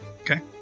Okay